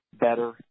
better